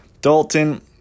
Dalton